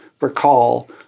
recall